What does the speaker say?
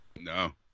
No